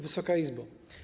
Wysoka Izbo!